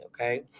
Okay